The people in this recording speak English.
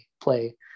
play